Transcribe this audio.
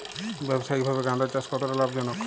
ব্যবসায়িকভাবে গাঁদার চাষ কতটা লাভজনক?